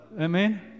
Amen